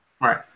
right